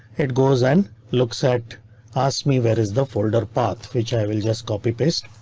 it goes and looks at ask me where is the folder path which i will just copy paste.